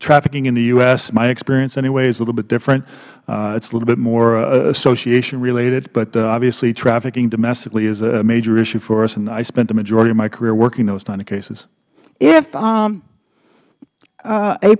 trafficking in the u s my experience anyway is a little bit different it's a little bit more associationrelated but obviously trafficking domestically is a major issue for us and i spent the majority of my career working those kind of cases